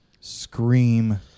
scream